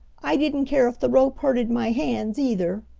i didn't care if the rope hurted my hands either!